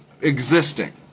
existing